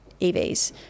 EVs